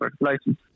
license